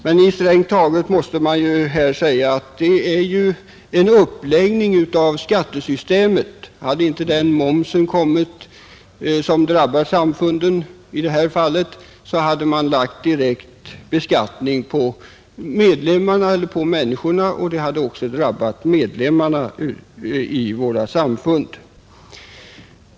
Men strängt taget måste man säga att om den moms som drabbar samfunden i detta fall inte hade kommit, hade ökad direkt beskattning lagts på människorna, och det hade då också drabbat medlemmarna i våra samfund.